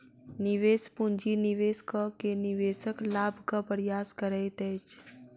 निवेश पूंजी निवेश कअ के निवेशक लाभक प्रयास करैत अछि